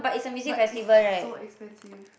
but it's so expensive